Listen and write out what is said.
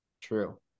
true